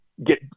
get